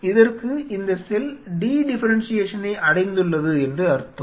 இதற்கு இந்த செல் டி டிஃபெரெண்ஷியேஷனை அடைந்துள்ளது என்று அர்த்தம்